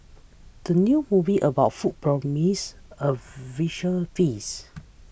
the new movie about food promises a visual feast